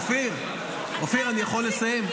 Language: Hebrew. אופיר, אני יכול לסיים?